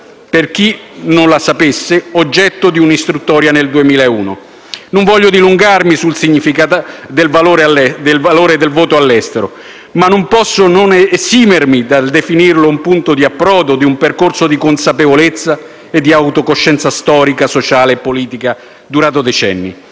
per chi non lo sapesse, oggetto di una istruttoria nel 2001. Non voglio dilungarmi sul significato del voto all'estero, ma non posso esimermi dal definirlo un punto di approdo di un percorso di consapevolezza e di autocoscienza storica, sociale e politica durato decenni,